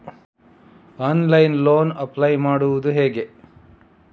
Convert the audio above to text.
Online loan apply ಮಾಡುವುದು ಹೇಗೆ?